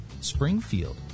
Springfield